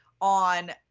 on